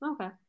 Okay